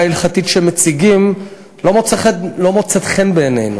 ההלכתית שהם מציגים לא מוצאת חן בעינינו.